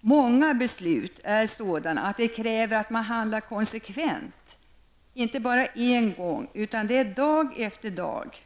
Många beslut är sådana att de kräver att man handlar konsekvent -- inte bara en gång, utan dag efter dag.